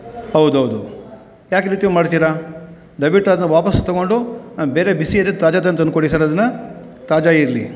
ಹೌದು ಹೌದು ಯಾಕೆ ಈ ರೀತಿ ಮಾಡ್ತೀರಾ ದಯವಿಟ್ಟು ಅದನ್ನ ವಾಪಸ್ಸು ತೊಗೊಂಡು ಬೇರೆ ಬಿಸಿ ಇರೋಸು ತಾಜಾ ತಂದು ಕೊಡಿ ಸರ್ ಅದನ್ನು ತಾಜಾ ಇರಲಿ